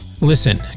Listen